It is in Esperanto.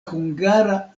hungara